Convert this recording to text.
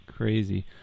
Crazy